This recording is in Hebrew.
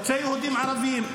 חוצה יהודים ערבים,